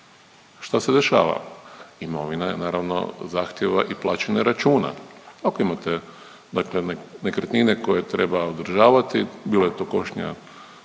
Šta se dešava? Imamo mi naravno zahtjeva i plaćanja računa. Ako imate dakle nekretnine koje treba održavati, bilo da je to košnja,